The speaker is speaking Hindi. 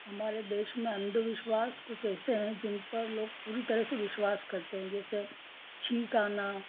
हमारे देश में अंधविश्वास कुछ ऐसे हैं जिन पर लोग पूरी तरह से विश्वास करते हैं जैसे छींक आना